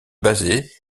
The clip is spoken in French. basée